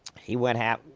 he went half,